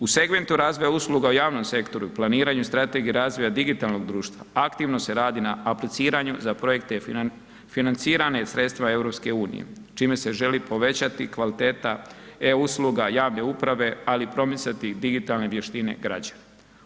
U segmentu razvoja usluga u javnom sektoru i planiranju Strategije razvoja digitalnog drutšva aktivno se radi na apliciranju za projekte financirane sredstvima EU čime se želi povećati kvaliteta e-usluga, javne uprave ali i promicati digitalne vještine građana.